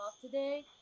today